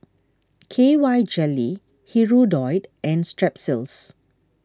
K Y Jelly Hirudoid and Strepsils